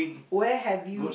where have you